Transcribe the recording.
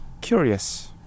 curious